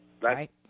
right